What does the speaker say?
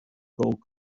gold